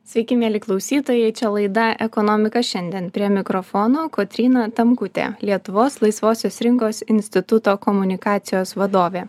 sveiki mieli klausytojai čia laida ekonomika šiandien prie mikrofono kotryna tamkutė lietuvos laisvosios rinkos instituto komunikacijos vadovė